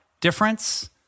difference